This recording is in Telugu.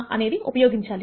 అనేది ఉపయోగించాలి